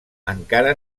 encara